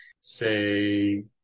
say